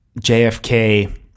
JFK